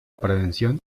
prevención